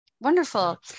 Wonderful